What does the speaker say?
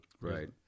Right